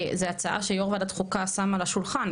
זה הצעה שיו"ר ועדת החוקה שם על השולחן,